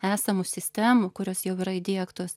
esamų sistemų kurios jau yra įdiegtos